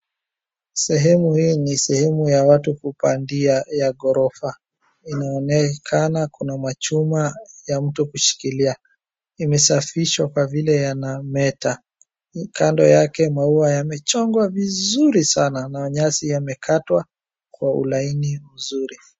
Sehemu hii ni sehemu ya watu kupandia ya ghorofa. Inaonekana kuna machuma ya mtu kushikilia yamesafishwa kwa vile yanameta kando yake maua yamechongwa vizuri sana na nyasi yamekatwa kwa ulaini mzuri.